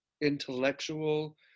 intellectual